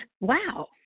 wow